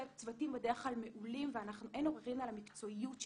צוותים בדרך כלל מעולים ואין עוררין על המקצועיות שלהם,